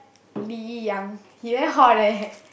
Lin Yi Yang he very hot eh